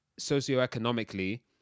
socioeconomically